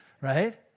right